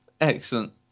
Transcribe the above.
Excellent